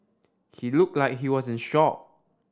he looked like he was in shock